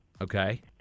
Okay